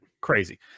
crazy